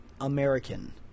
American